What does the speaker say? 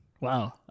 Wow